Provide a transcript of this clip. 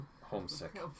homesick